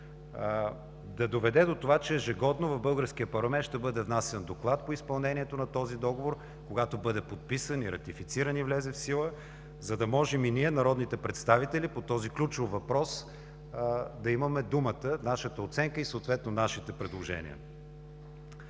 да доведе до това, че ежегодно в българския парламент ще бъде внасян доклад по изпълнението на този договор, когато бъде подписан и ратифициран и влезе в сила, за да можем и ние, народните представители по този ключов въпрос да имаме думата, нашата оценка и съответно нашите предложения.